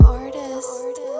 artist